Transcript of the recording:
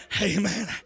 Amen